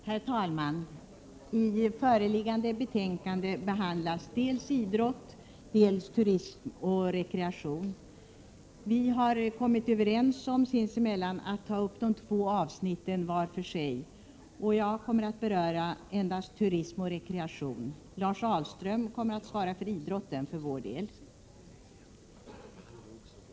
Herr talman! I föreliggande betänkande behandlas dels idrott, dels turism och rekreation. Vi har kommit överens om att ta upp de två avsnitten var för sig, och jag kommer att beröra endast turism och rekreation. Lars Ahlström kommer att svara för idrotten för vår del.